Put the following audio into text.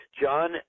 John